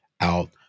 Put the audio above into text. out